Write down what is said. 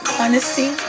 honesty